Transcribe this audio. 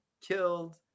killed